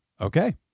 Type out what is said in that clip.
Okay